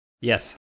Yes